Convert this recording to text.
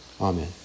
Amen